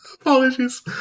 apologies